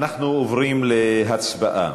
אנחנו עוברים להצבעה.